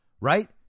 right